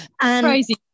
Crazy